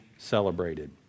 celebrated